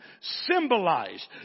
symbolized